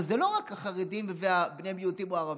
אבל זה לא רק החרדים ובני המיעוטים או הערבים.